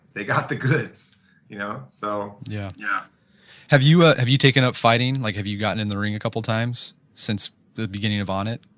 they got the goods you know so yeah. yeah have you ah have you taken up fighting? like have you gotten in the ring a couple of times since the beginning of onnit?